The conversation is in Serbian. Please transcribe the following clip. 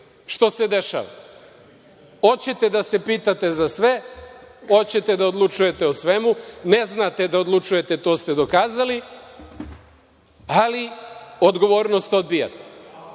što se dešava. Hoćete da se pitate za sve, hoćete da odlučujete o svemu, ne znate da odlučujete, to ste dokazali, ali odgovornost odbijate.